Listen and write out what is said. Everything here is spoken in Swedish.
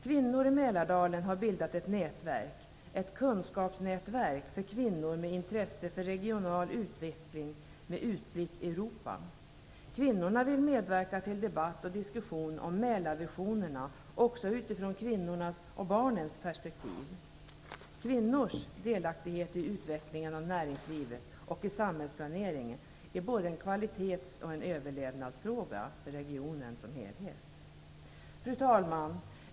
Kvinnor i Mälardalen har bildat ett nätverk, ett kunskapsnätverk för kvinnor med intresse för regional utveckling med utblick Europa. Kvinnorna vill medverka till debatt och diskussion om Mälarvisionerna också utifrån kvinnornas och barnens perspektiv. Kvinnors delaktighet i utvecklingen av näringslivet och i samhällsplaneringen är både en kvalitets och en överlevnadsfråga för regionen som helhet. Fru talman!